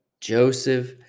Joseph